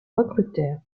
recruteurs